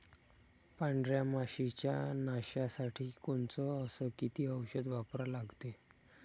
पांढऱ्या माशी च्या नाशा साठी कोनचं अस किती औषध वापरा लागते?